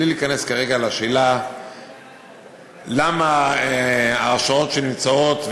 בלי להיכנס כרגע לשאלה למה ההרשאות שנמצאות והועברו,